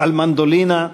על מנדולינה,